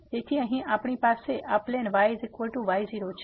તેથી અહીં આપણી પાસે આ પ્લેન yy0 છે